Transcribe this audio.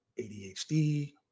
ADHD